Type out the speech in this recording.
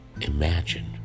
imagine